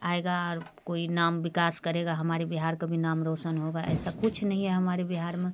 आएगा कोई नाम विकास करेगा हमारे बिहार का भी नाम रोशन होगा ऐसा कुछ नहीं हमारे बिहार में कुछ